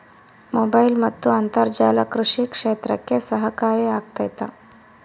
Mobile ಮತ್ತು ಅಂತರ್ಜಾಲ ಕೃಷಿ ಕ್ಷೇತ್ರಕ್ಕೆ ಸಹಕಾರಿ ಆಗ್ತೈತಾ?